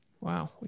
Wow